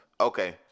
Okay